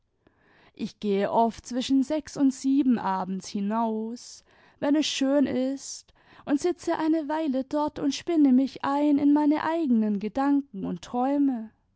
ich gehe oft zwischen sechs und sieben abends hinaus wenn es schön ist und sitze eine weile dort und spinne mich ein in meine eigenen gedanken und träume